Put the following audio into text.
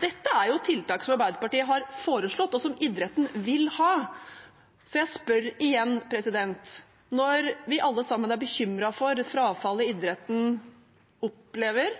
Dette er tiltak som Arbeiderpartiet har foreslått, og som idretten vil ha. Jeg spør igjen: Når vi alle sammen er bekymret for frafallet idretten opplever,